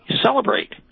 celebrate